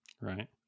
right